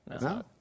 No